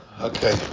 Okay